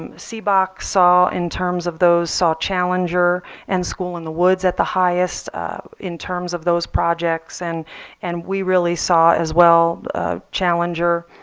um cboc saw in terms of those saw challenger and school in the woods at the highest in terms of those projects. and and we really saw as well challenger,